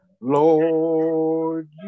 Lord